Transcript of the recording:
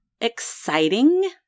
exciting